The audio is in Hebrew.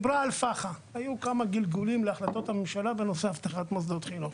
היו כמה גלגולים להחלטות הממשלה בנושא האבטחה במוסדות חינוך.